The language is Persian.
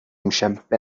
میشم، به